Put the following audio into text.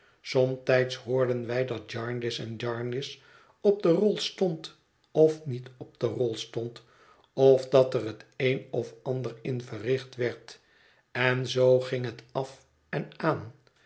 somtijds hoorden wij dat jarndyce en jarndyce op de rol stond of niet op de rol stond of dat er het een of ander in verricht werd en zoo ging het af en aan